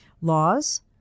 laws